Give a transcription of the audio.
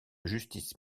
justice